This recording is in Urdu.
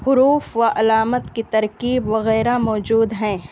حروف و علامت کی ترکیب وغیرہ موجود ہیں